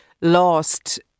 lost